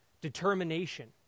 determination